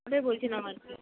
ওটাই বলছিলাম আর কি